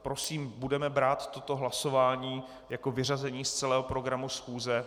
Prosím, budeme brát toto hlasování jako vyřazení z celého programu schůze.